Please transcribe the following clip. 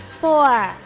four